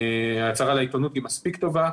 ההצהרה לעיתונות היא מספיק טובה.